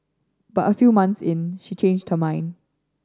but a few months in she changed her mind